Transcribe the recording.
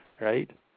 Right